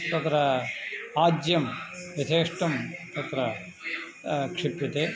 तत्र आज्यं यथेष्टं तत्र क्षिप्यते